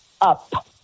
up